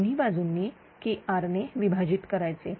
दोन्ही बाजूंनी KR ने विभाजित करायचे